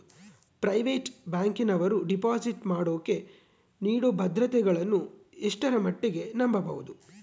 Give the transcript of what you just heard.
Private ಬ್ಯಾಂಕಿನವರು deposit ಮಾಡೋಕೆ ನೇಡೋ ಭದ್ರತೆಗಳನ್ನು ಎಷ್ಟರ ಮಟ್ಟಿಗೆ ನಂಬಬಹುದು?